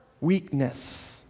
weakness